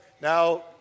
Now